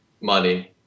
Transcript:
money